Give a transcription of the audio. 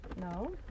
no